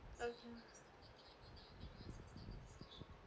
okay